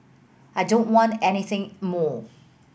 I don't want anything more